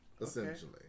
essentially